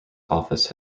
office